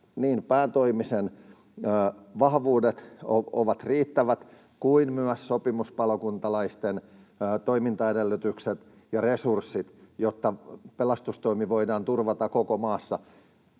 niin päätoimisten vahvuudet ovat riittävät kuin myös sopimuspalokuntalaisten toimintaedellytykset ja resurssit, jotta pelastustoimi voidaan turvata koko maassa.